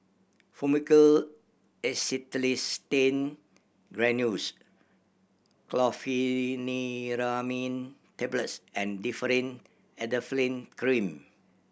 Fluimucil Acetylcysteine Granules Chlorpheniramine Tablets and Differin Adapalene Cream